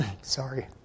Sorry